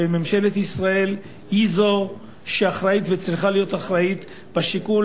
וממשלת ישראל היא זאת שאחראית וצריכה להיות אחראית בשיקול